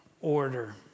Order